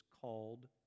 called